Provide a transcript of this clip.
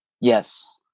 Yes